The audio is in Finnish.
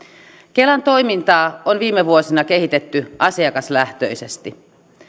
kelan toimintaa on viime vuosina kehitetty asiakaslähtöisesti